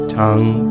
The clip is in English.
tongue